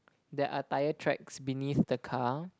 there are tire tracks beneath the car